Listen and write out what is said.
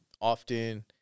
Often